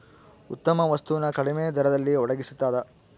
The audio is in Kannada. ಉತ್ತಮ ವಸ್ತು ನ ಕಡಿಮೆ ದರದಲ್ಲಿ ಒಡಗಿಸ್ತಾದ